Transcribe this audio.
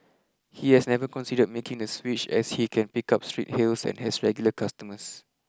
he has never considered making the switch as he can pick up street hails and has regular customers